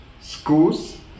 schools